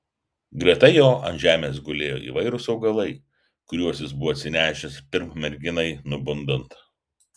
greta jo ant žemės gulėjo įvairūs augalai kuriuos jis buvo atsinešęs pirm merginai nubundant